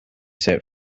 set